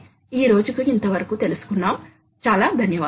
కాబట్టి ఈ రోజుకు అంతే చాలా ధన్యవాదాలు